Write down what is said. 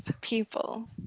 people